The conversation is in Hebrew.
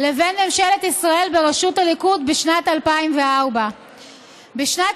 לבין ממשלת ישראל בראשות הליכוד בשנת 2004. בשנת